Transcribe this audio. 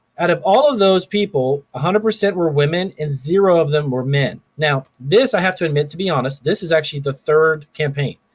out of all of those people, one hundred percent were women and zero of them were men. now this i have to admit, to be honest, this is actually the third campaign.